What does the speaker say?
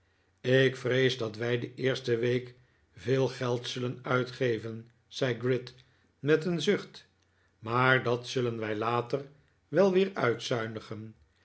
ik vrees dat wij de eerste week veel geld zullen uitgeven zei gride met een zucht maar dat zullen wij later wel weer uitzuinigen